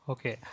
Okay